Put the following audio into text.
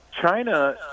China